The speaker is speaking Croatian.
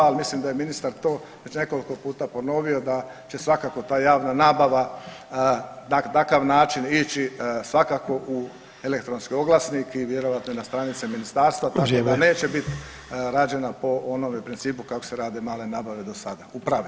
Ali mislim da je ministar to već nekoliko puta ponovio da će svakako ta javna nabava, takav način ići svakako u elektronski oglasnik i vjerojatno i na stranice ministarstva [[Upadica Sanader: Vrijeme.]] tako da neće biti rađena po onome principu kako se rade male nabave do sada u pravilu.